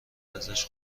ازش